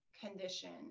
condition